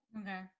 Okay